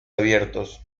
abiertos